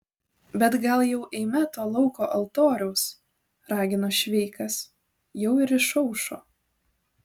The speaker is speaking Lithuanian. bet gal jau eime to lauko altoriaus ragino šveikas jau ir išaušo